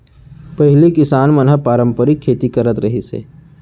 पहिली किसान मन ह पारंपरिक खेती करत रिहिस हे